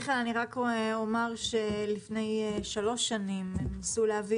אני רק אומר שלפני שלוש שנים ניסו להביא